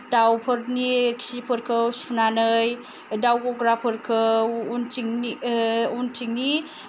दाउफोरनि खिफोरखौ सुनानै दाउ गग्राफोरखौ उनथिंनि उनथिंनि